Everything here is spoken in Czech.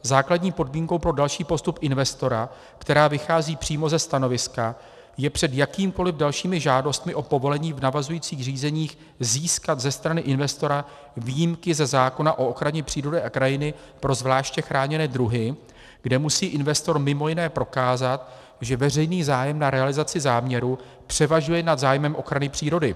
Základní podmínkou pro další postup investora, která vychází přímo ze stanoviska, je před jakýmikoliv dalšími žádostmi o povolení v navazujících řízeních získat ze strany investora výjimky ze zákona o ochraně přírody a krajiny pro zvláště chráněné druhy, kde musí investor mimo jiné prokázat, že veřejný zájem na realizaci záměru převažuje nad zájmem ochrany přírody.